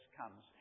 comes